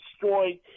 destroyed –